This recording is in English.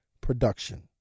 production